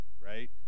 right